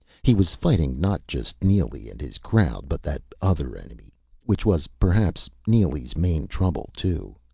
he was fighting not just neely and his crowd, but that other enemy which was perhaps neely's main trouble, too.